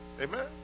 Amen